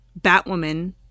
Batwoman